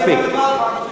מספיק.